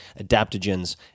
adaptogens